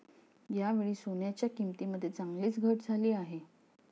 यावेळी सोन्याच्या किंमतीमध्ये चांगलीच घट झाली आहे